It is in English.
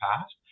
past